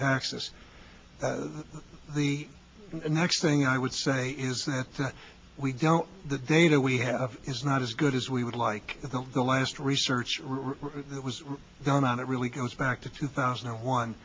taxes the next thing i would say is that we don't the data we have is not as good as we would like the last research that was done on it really goes back to two thousand and one